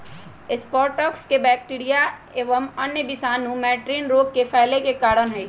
streptococcus bacteria एवं अन्य विषाणु मैटिन रोग के फैले के कारण हई